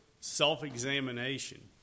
self-examination